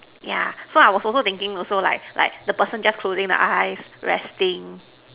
yeah so I was also thinking also like like the person just closing the eyes resting